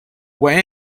wet